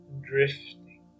drifting